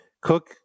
cook